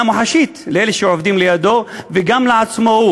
מוחשית לאלה שעובדים לידו וגם לו עצמו?